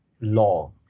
law